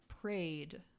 prayed